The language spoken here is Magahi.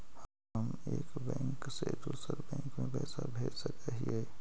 हम एक बैंक से दुसर बैंक में पैसा भेज सक हिय?